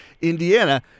Indiana